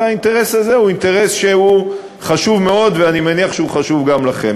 והאינטרס הזה הוא אינטרס שהוא חשוב מאוד ואני מניח שהוא חשוב גם לכם.